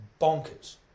bonkers